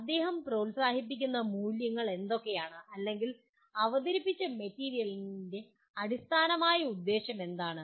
അദ്ദേഹം പ്രോത്സാഹിപ്പിക്കുന്ന മൂല്യങ്ങൾ എന്തൊക്കെയാണ് അല്ലെങ്കിൽ അവതരിപ്പിച്ച മെറ്റീരിയലിന് അടിസ്ഥാനമായ ഉദ്ദേശ്യം എന്താണ്